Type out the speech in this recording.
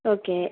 okay